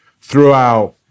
throughout